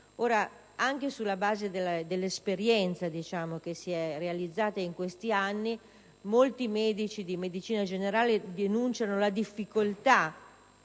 anche sulla base dell'esperienza realizzata in questi anni, molti medici di medicina generale denunciano la difficoltà